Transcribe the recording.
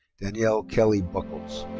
danielle kelly buckles.